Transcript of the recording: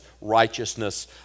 righteousness